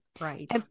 Right